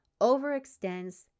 overextends